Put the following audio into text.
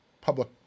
public